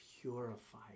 purify